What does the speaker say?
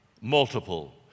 multiple